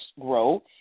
grow